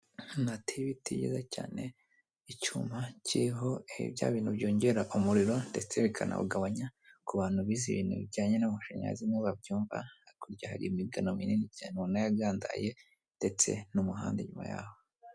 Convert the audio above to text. Ahantu hateye ibiti byiza cyane, icyuma kiriho bya bintu byongera umuriro ndetse bikanawugabanya, ku bantu bize ibintu bijyanye n'amashanyarazi nibo babyumva, hakurya hari imigano minini cyane wabona yagandaye ndetse n'umuhanda nyuma yaho.